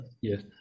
Yes